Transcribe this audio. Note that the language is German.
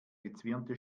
gezwirnte